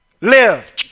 Live